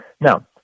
Now